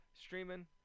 streaming